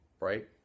Right